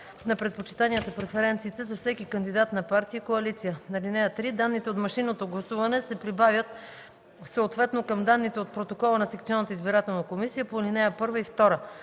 на предпочитанията (преференциите) за всеки кандидат на партия и коалиция. (3) Данните от машинното гласуване се прибавят съответно към данните от протокола на секционната